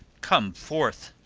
come forth.